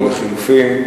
או לחלופין,